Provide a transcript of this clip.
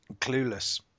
clueless